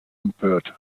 empört